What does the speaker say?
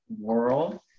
world